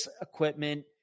equipment